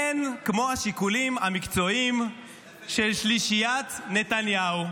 אין כמו השיקולים המקצועיים של שלישיית נתניהו,